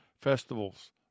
festivals